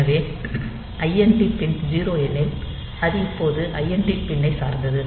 எனவே INT pin 0 எனில் இது இப்போது ஐஎன்டி பின் ஐ சார்ந்தது